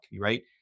right